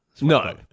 No